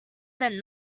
than